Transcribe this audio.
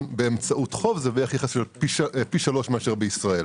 באמצעות חוב זה בערך פי שלושה מאשר בישראל.